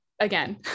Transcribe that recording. again